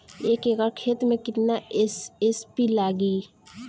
एक एकड़ खेत मे कितना एस.एस.पी लागिल?